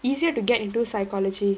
easier to get into psychology